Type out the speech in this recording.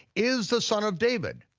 is the son of david,